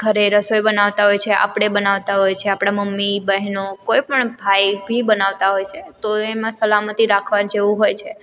ઘરે રસોઈ બનાવતા હોય છે આપણે બનાવતા હોય છે આપણા મમ્મી બહેનો કોઈપણ ભાઈ ભી બનાવતા હોય છે તો એમાં સલામતી રાખવા જેવું હોય છે